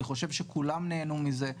אני חושב שכולם נהנו מזה.